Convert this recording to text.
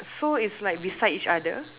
so it's like beside each other